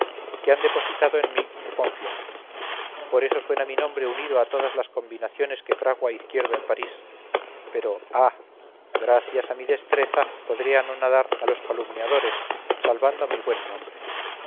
que han depositado en mí su confianza por eso suena mi nombre unido a todas las combinaciones que fragua izquierdo en parís pero ah gracias a mi destreza podré anonadar a los calumniadores salvando mi buen nombre